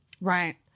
Right